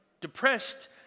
depressed